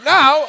Now